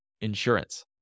insurance